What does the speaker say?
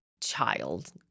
child